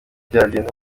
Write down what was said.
byagenze